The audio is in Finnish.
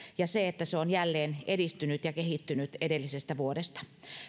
ja se että se on jälleen edistynyt ja kehittynyt edellisestä vuodesta